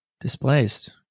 Displaced